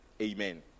Amen